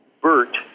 Bert